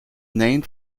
named